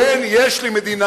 כן, יש לי מדינה.